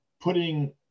putting